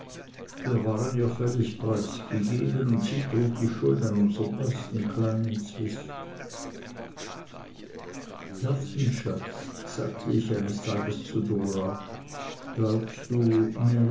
wir waren ihr völlig preisgegeben und sie trug die schuld an unserm ersten kleinen zwist herzensschatz sagte ich eines tages zu dora glaubst du